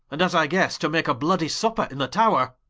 and as i guesse, to make a bloody supper in the tower